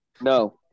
no